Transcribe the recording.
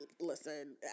listen